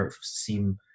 seem